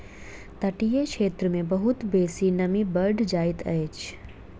तटीय क्षेत्र मे बहुत बेसी नमी बैढ़ जाइत अछि